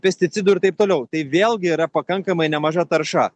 pesticidų ir taip toliau tai vėlgi yra pakankamai nemaža tarša